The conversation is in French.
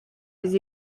les